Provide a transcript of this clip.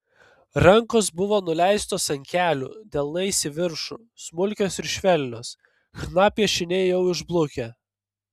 rankos buvo nuleistos ant kelių delnais į viršų smulkios ir švelnios chna piešiniai jau išblukę